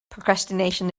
procrastination